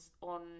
on